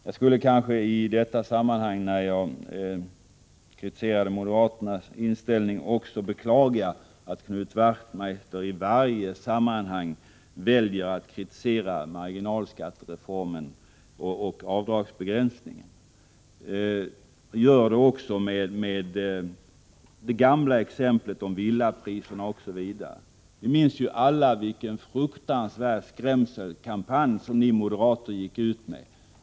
Jag skulle kanske i detta sammanhang, när jag kritiserar moderaternas inställning, också beklaga att Knut Wachtmeister i varje sammanhang väljer att kritisera marginalskattereformen och avdragsbegränsningen och gör detta med det gamla exemplet om villapriserna osv. Vi minns alla vilka fruktansvärda skrämselkampanjer ni moderater gick ut med.